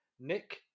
Nick